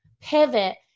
pivot